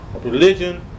religion